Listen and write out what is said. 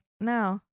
no